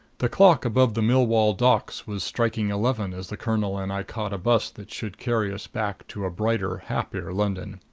the clock above the millwall docks was striking eleven as the colonel and i caught a bus that should carry us back to a brighter, happier london.